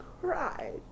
cried